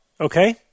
Okay